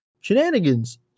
shenanigans